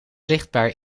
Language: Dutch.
zichtbaar